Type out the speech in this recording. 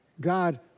God